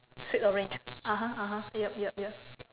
sweet orange (uh huh) (uh huh) yup yup yup